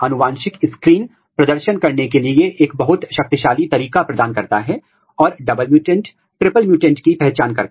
यह बिल्कुल R N A in situ शंकरण के समान है केबल जांच करने का तरीका थोड़ा अलग है